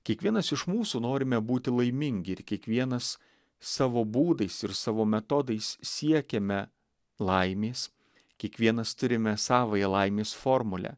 kiekvienas iš mūsų norime būti laimingi ir kiekvienas savo būdais ir savo metodais siekiame laimės kiekvienas turime savąją laimės formulę